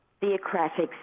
theocratic